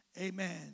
Amen